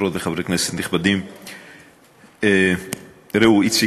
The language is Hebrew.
חברות וחברי כנסת נכבדים, ראו, איציק?